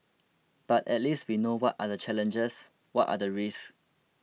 but at least we know what are the challenges what are the risks